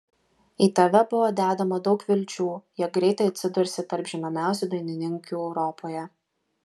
į tave buvo dedama daug vilčių jog greitai atsidursi tarp žinomiausių dainininkių europoje